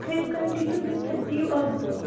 یہِ تھٲوِو کَنٹِنیوٗ بیٚیہِ دِیو آبہٕ بہہ